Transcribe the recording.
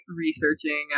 researching